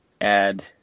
add